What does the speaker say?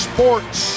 Sports